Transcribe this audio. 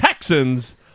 Texans